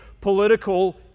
political